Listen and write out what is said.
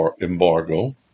embargo